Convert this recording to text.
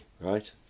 Right